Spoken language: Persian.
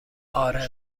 آره